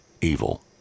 evil